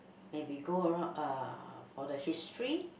maybe go around uh for the history